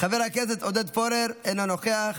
חבר הכנסת עודד פורר, אינו נוכח,